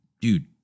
dude